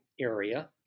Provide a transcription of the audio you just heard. area